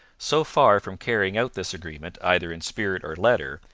so far from carrying out this agreement either in spirit or letter,